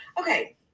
Okay